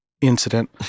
incident